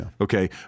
okay